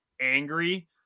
angry